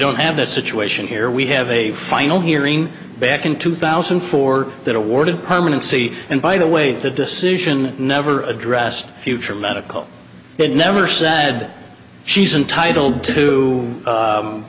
don't have that situation here we have a final hearing back in two thousand and four that awarded permanency and by the way that decision never addressed future medical but never sad she's untitled to